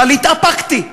אבל התאפקתי,